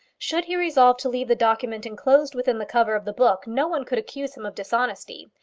should he resolve to leave the document enclosed within the cover of the book, no one could accuse him of dishonesty.